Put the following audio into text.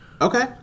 Okay